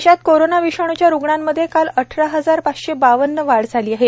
देशात कोरोना विषाणूच्या रुग्णांमधे काल अठरा हजार पाचशे बावन्ननं वाढ झाली आहे